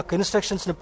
instructions